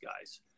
guys